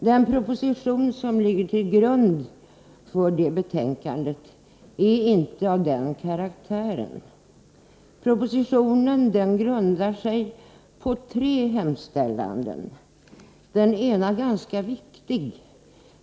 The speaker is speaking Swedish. Den proposition som ligger till grund för detta betänkande är inte av den karaktären. Propositionen grundar sig på tre krav, varav ett är ganska viktigt.